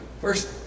first